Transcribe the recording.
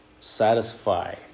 satisfy